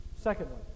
Secondly